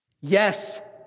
Yes